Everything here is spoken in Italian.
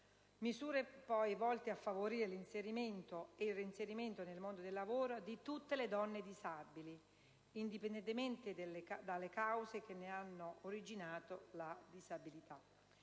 misure volte a favorire l'inserimento e il reinserimento nel mondo del lavoro di tutte le donne disabili, indipendentemente dalle cause che ne hanno originato la disabilità.